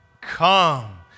come